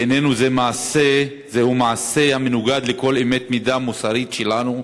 בעינינו זה מעשה המנוגד לכל אמת מידה מוסרית שלנו,